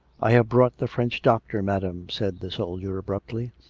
i have brought the french doctor, madam, said the soldier abruptly.